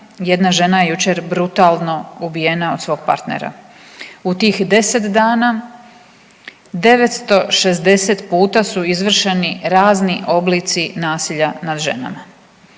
jedna žena u Splitu brutalno ubijena, a u tih deset dana 960 puta su izvršeni razni oblici nasilja nad ženama.